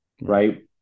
right